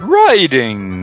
riding